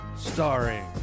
Starring